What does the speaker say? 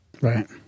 Right